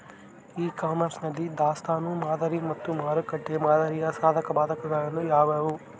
E commerce ನಲ್ಲಿ ದಾಸ್ತನು ಮಾದರಿ ಮತ್ತು ಮಾರುಕಟ್ಟೆ ಮಾದರಿಯ ಸಾಧಕಬಾಧಕಗಳು ಯಾವುವು?